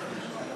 שזאת התקנה,